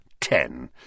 ten